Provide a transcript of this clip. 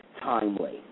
timely